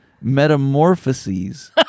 metamorphoses